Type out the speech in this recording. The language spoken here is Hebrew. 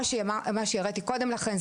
מה שהראיתי קודם לכן,